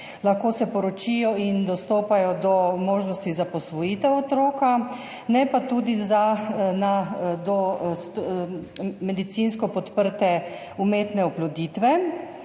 Lahko se poročijo in dostopajo do možnosti za posvojitev otroka, ne pa tudi do medicinsko podprte umetne oploditve,